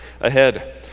ahead